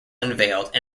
unveiled